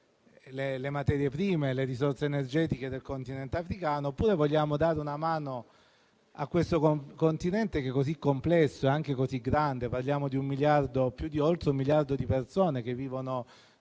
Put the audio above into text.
le materie prime, le risorse energetiche del continente africano, oppure se vogliamo dare una mano a questo Continente, così complesso e anche così grande. Parliamo infatti di oltre un miliardo di persone, la